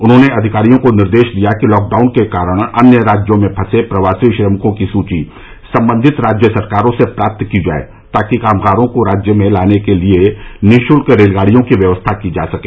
उन्होंने अधिकारियों को निर्देश दिया कि लॉकडाउन के कारण अन्य राज्यों में फंसे प्रवासी श्रमिकों की सूची संबंधित राज्य सरकारों से प्राप्त की जाए ताकि कामगारों को राज्य में लाने के लिए निःशुल्क रेलगाड़ियों की व्यवस्था की जा सके